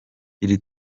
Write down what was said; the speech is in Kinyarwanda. iri